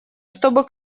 чтобы